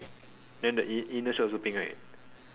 then the in inner shirt also pink right